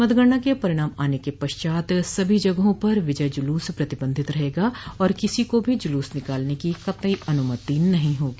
मतगणना के परिणाम आने के पश्चात सभी जगहों पर विजय जुलूस प्रतिबंधित रहेगा और किसी को भी जुलूस निकालने की कतई अनुमति नहीं होगी